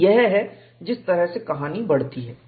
तो यह है जिस तरह से कहानी बढ़ती है